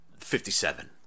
57